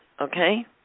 Okay